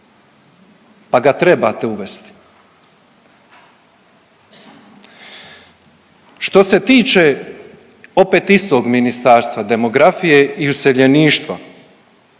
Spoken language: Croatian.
pa ga trebate uvesti? Što se tiče opet istog ministarstva demografije i useljeništva,